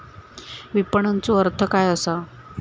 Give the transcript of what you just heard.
विपणनचो अर्थ काय असा?